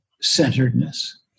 centeredness